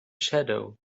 shadow